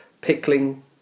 pickling